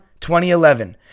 2011